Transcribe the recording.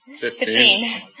Fifteen